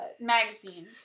magazine